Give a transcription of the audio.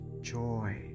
joy